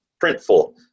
Printful